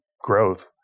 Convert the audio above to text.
growth